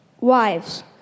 Wives